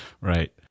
Right